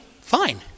Fine